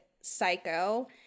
Psycho